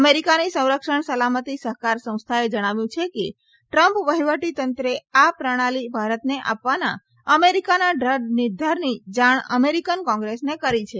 અમેરીકાની સંરક્ષણ સલામતી સહકાર સંસ્થાએ જણાવ્યું છે કે ટ્રમ્પ વહિવટીતંત્રે આ પ્રણાલી ભારતને આપવાના અમેરીકાના દ્રઢ નિર્ધારની જાણ અમેરીકન કોંગ્રેસને કરી છે